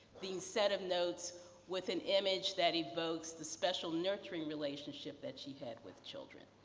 these set of notes with an image that evokes the special nurturing relationship that she had with children.